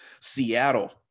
Seattle